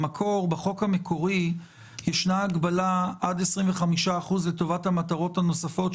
בחוק המקורי ישנה הגבלה עד 25% לטובת המטרות הנוספות,